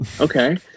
okay